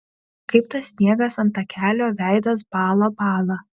kaip tas sniegas ant takelio veidas bąla bąla